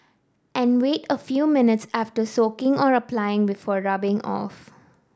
and wait a few minutes after soaking or applying before rubbing off